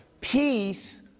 peace